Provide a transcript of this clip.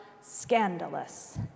scandalous